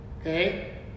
Okay